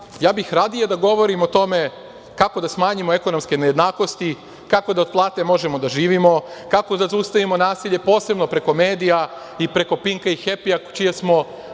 ja bih radije da govorim o tome kako da smanjimo ekonomske nejednakosti, kako da od plate možemo da živimo, kako da zaustavimo nasilje posebno preko medija i preko „Pinka“ i „Hepija“ čije smo